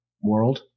world